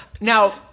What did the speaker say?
now